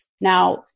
Now